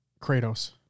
kratos